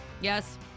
Yes